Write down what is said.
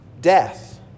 death